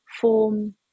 form